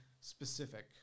specific